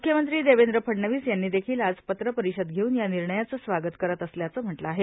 मुख्यमंत्री देवेंद्र फडणवीस यांनी देखिल आज पत्रपरिषद घेऊन या निर्णयाचं स्वागत करत असल्याचं म्हटलं आहे